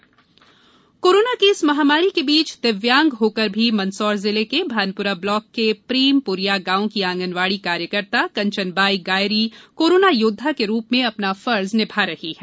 corona योद्धा corona कि इस महामारी के बीच दिव्यांग होकर भी मंदसौर जिले के भानपुरा ब्लॉक के प्रेम पुरिया गांव की आंगनवाड़ी कार्यकर्ता कंचन बाई गायरी कोरोना योद्धा के रूप में अपना फर्ज निभा रही हैं